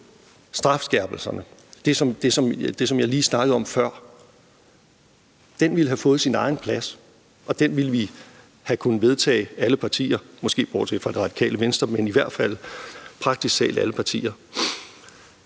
strafskærpelserne – det, som jeg lige snakkede om før – ville have fået sin egen plads, og den ville vi have kunnet vedtage alle partier, måske lige bortset fra Det Radikale Venstre, men i hvert fald praktisk talt alle partier.